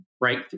right